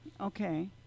Okay